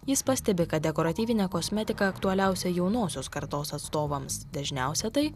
jis pastebi kad dekoratyvinė kosmetika aktualiausia jaunosios kartos atstovams dažniausia tai